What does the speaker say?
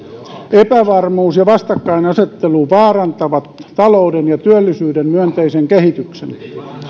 epävarmuus ja vastakkainasettelu vaarantavat talouden ja työllisyyden myönteisen kehityksen